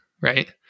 right